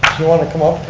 you want to come up.